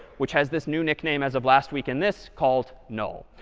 which has this new nickname as of last week and this, called null.